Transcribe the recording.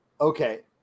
okay